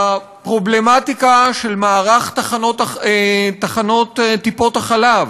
הפרובלמטיקה של מערך תחנות טיפת-חלב,